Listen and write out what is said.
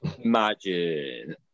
Imagine